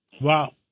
Wow